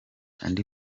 andi